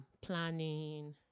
planning